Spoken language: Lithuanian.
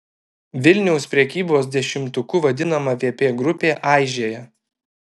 vilniaus prekybos dešimtuku vadinama vp grupė aižėja